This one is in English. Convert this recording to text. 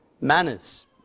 manners